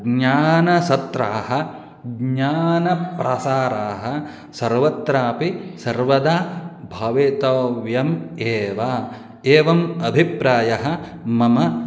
ज्ञानसत्राणि ज्ञानप्रसाराः सर्वत्रापि सर्वदा भवितव्यम् एव एवम् अभिप्रायः मम